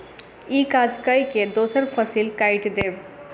ई काज कय के दोसर फसिल कैट देब